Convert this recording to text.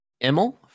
Emil